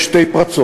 יש שתי פרצות,